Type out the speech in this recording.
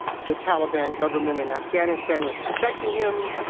the taliban government in afghanistan was protecting him.